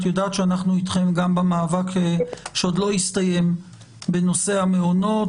את יודעת שאנחנו אתכן גם במאבק שעוד לא הסתיים בנושא המעונות,